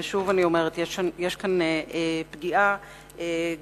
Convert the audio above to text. ושוב, אני אומרת, יש כאן פגיעה גם